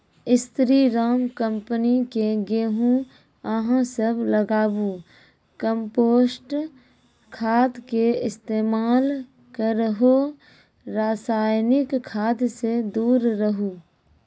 स्री Ram company के गेहूँ अहाँ सब लगाबु कम्पोस्ट खाद के इस्तेमाल करहो रासायनिक खाद से दूर रहूँ?